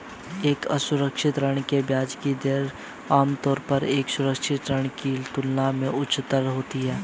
एक असुरक्षित ऋण में ब्याज की दर आमतौर पर एक सुरक्षित ऋण की तुलना में उच्चतर होती है?